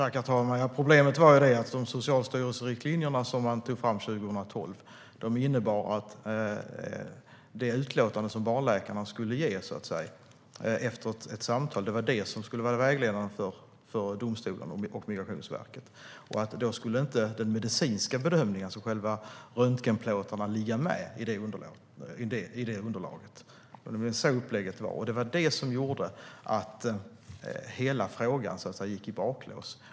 Herr talman! Problemet var ju att riktlinjerna som Socialstyrelsen tog fram 2012 innebar att det utlåtande som barnläkarna skulle ge efter ett samtal var det som skulle vara vägledande för domstolen och Migrationsverket. Den medicinska bedömningen, alltså själva röntgenplåtarna, skulle inte ligga med i det underlaget. Det var så upplägget var, och det var det som gjorde att hela frågan gick i baklås.